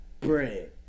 bread